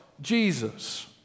Jesus